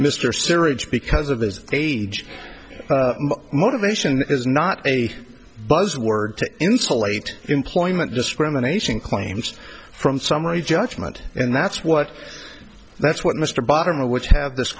serious because of his age motivation is not a buzz word to insulate employment discrimination claims from summary judgment and that's what that's what mr bottom a which have this